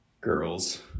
Girls